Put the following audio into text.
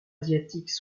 asiatiques